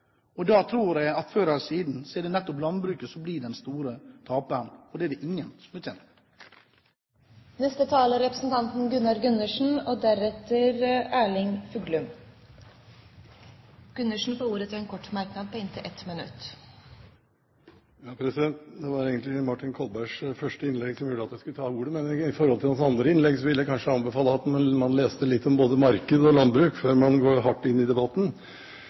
vei. Da tror jeg at før eller siden er det nettopp landbruket som blir den store taperen, og det er det ingen som er tjent med. Representanten Gunnar Gundersen har hatt ordet to ganger tidligere og får ordet til en kort merknad, begrenset til 1 minutt. Det var egentlig Martin Kolbergs første innlegg som gjorde at jeg ville ta ordet, men når det gjelder hans andre innlegg, vil jeg kanskje anbefale at man leser litt om både marked og landbruk før man går hardt inn i debatten.